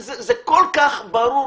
זה כל כך ברור,